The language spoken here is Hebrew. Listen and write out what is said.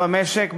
במשק,